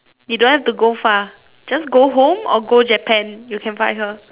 you don't have to go far just go home or go Japan you can find her